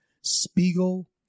Spiegel